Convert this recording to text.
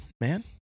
man